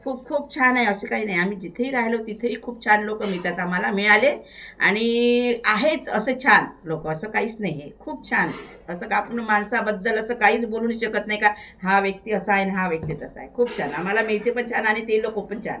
खूप खूप छान आहे असं काही नाही आम्ही जिथेही राहिलो तिथेही खूप छान लोकं मिळतात आम्हाला मिळालेत आणि आहेत असे छान लोकं असं काहीच नाही आहे खूप छान असं का आपण माणसाबद्दल असं काहीच बोलू शकत नाही का हा व्यक्ती असा आहे न हा व्यक्ती तसा आहे खूप छान आम्हाला मिळते पण छान आणि ते लोक पण छान